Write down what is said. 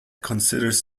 considers